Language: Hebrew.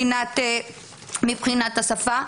מבחינת מעמדה,